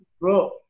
bro